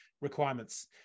requirements